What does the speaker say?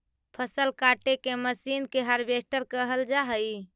फसल काटे के मशीन के हार्वेस्टर कहल जा हई